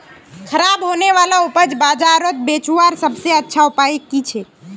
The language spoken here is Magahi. ख़राब होने वाला उपज बजारोत बेचावार सबसे अच्छा उपाय कि छे?